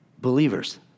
believers